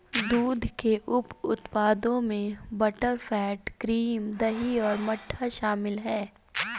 दूध के उप उत्पादों में बटरफैट, क्रीम, दही और मट्ठा शामिल हैं